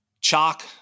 Chalk